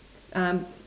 um